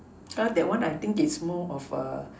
err that one I think is more of a